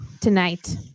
tonight